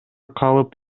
калып